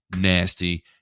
nasty